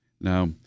Now